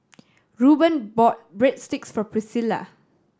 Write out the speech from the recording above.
Ruben bought Breadsticks for Priscilla